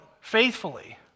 faithfully